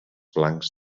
blancs